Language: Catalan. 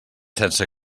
sense